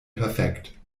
perfekt